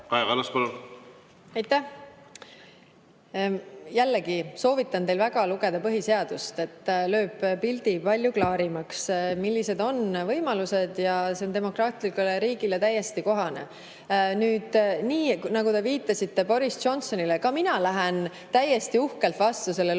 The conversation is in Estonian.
Aitäh! Jällegi soovitan teil väga lugeda põhiseadust – lööb pildi palju klaarimaks –, millised on võimalused. See on demokraatlikule riigile täiesti kohane. Nüüd, nii nagu te viitasite Boris Johnsonile, lähen ka mina täiesti uhkelt vastu sellele